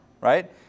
right